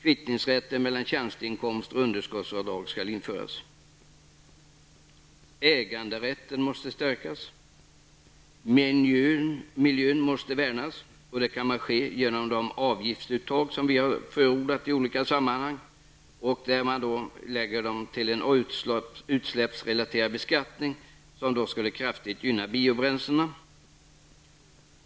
Rätt till kvittning mellan tjänsteinkomster och underskottsavdrag skall införas. Äganderätten måste stärkas. Miljön måste värnas, och det kan ske genom de avgiftsuttag som vi har förordat i olika sammahang. En utsläppsrelaterad skatt skulle kraftigt gynna biobränslena.